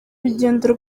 rugendo